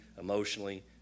emotionally